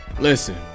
listen